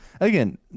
again